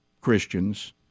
Christians